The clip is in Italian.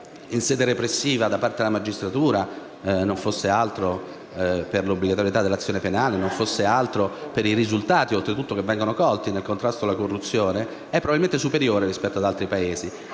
di contrasto in sede repressiva da parte della magistratura, non fosse altro che per l'obbligatorietà dell'azione penale, non fosse altro che per i risultati che oltretutto vengono colti nel contrasto alla corruzione, è probabilmente superiore rispetto ad altri Paesi.